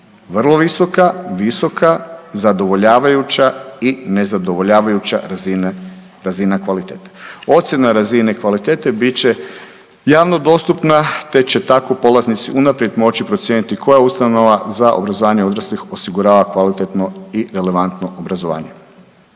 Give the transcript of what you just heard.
vrlo visoka, visoka, zadovoljavajuća i nezadovoljavajuća razina kvalitete. Ocjena razine kvalitete bit će javno dostupna te će tako polaznici unaprijed moći procijeniti koja ustanova za obrazovanje odraslih osigurava kvalitetno i relevantno obrazovanje.